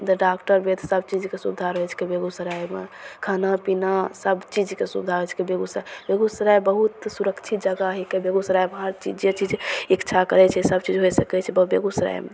doctor वेद्य सबचीजके सुविधा रहय छिकै बेगूसरायमे खाना पीना सबचीजके सुविधा होइ छिकै बेगूसरायमे बेगूसराय बहुत सुरक्षित जगह हिकै बेगूसरायमे हर चीज जे चीज इच्छा करय छै सबचीज होइ सकय छै बेगूसरायमे